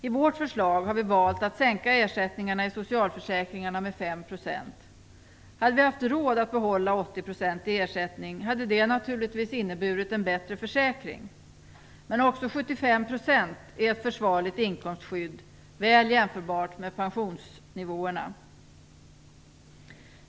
I vårt förslag har vi valt att sänka ersättningarna i socialförsäkringarna med 5 %. Hade vi haft råd att behålla en 80-procentig ersättning hade det naturligtvis inneburit en bättre försäkring. Men också 75 % är ett försvarligt inkomstskydd, väl jämförbart med pensionsnivåerna.